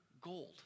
gold